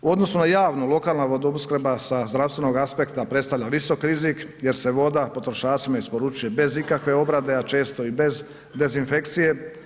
U odnosu na javnu lokalna vodoopskrba sa zdravstvenog aspekta predstavlja visok rizik jer se voda potrošačima isporučuje bez ikakve obrade, a često i bez dezinfekcije.